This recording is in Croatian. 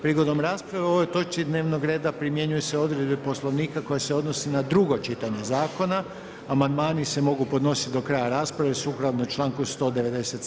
Prigodom rasprave o ovoj točci dnevnog reda primjenjuju se odredbe Poslovnika koje se odnose na drugo čitanje zakona, amandmani se mogu podnositi do kraja rasprave sukladno članku 197.